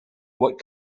what